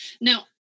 now